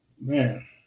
man